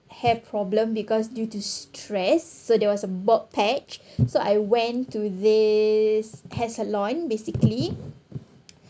hair problem because due to stress so there was a big patch so I went to this hair salon basically